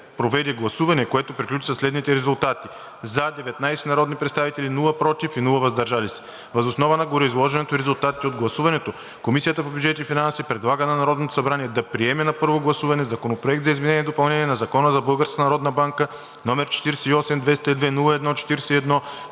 проведе гласуване, което приключи при следните резултати: „за“ – 19 народни представители, без „против“ и „въздържал се“. Въз основа на гореизложеното и резултатите от гласуването Комисията по бюджет и финанси предлага на Народното събрание да приеме на първо гласуване Законопроект за изменение и допълнение на Закона за Българската